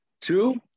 two